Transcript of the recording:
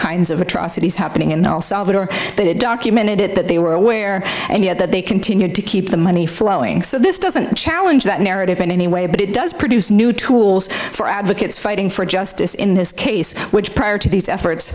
kinds of atrocities happening in all solve it or that it documented it that they were aware that they continued to keep the money flowing so this doesn't challenge that narrative in any way but it does produce new tools for advocates fighting for justice in this case which prior to these efforts